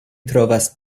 trovas